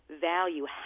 value